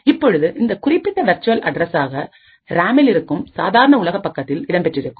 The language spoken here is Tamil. இப்பொழுது இந்த குறிப்பிட்ட வெர்ச்சுவல் அட்ரஸ்சாக ராமில் இருக்கும் சாதாரண உலக பக்கத்தில் இடம்பெற்றிருக்கும்